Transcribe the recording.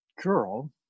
girl